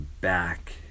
back